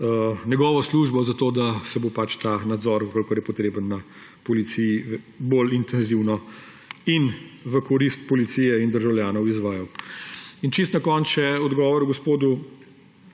njegovo službo, zato da se bo ta nadzor, če potreben, na policiji bolj intenzivno in v korist policije in državljanov izvajal. Čisto na koncu še odgovor gospodu